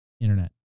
internet